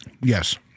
Yes